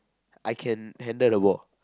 I can handle the ball